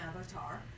avatar